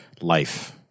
life